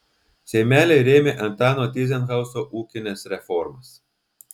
seimeliai rėmė antano tyzenhauzo ūkines reformas